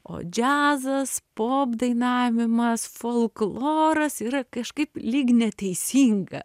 o džiazas pop dainavimas folkloras yra kažkaip lyg neteisinga